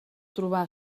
trobà